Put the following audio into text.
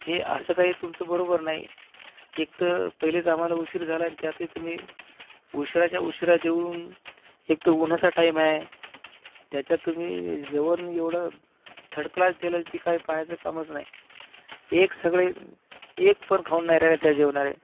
हे असं काही तुमचं बरोबर नाही एक तर पहिलेच आम्हाला उशीर झाला आणि त्यातही तुम्ही उशिराच्या उशिरा देऊन एक तर उन्हाचा टाईम आहे त्याच्यात तुम्ही जेवण एवढं थर्डक्लास दिलं की काही पहायचं कामच नाही एक सगळे एक पण खाऊन नाही राहिला त्या जेवणाले